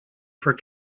for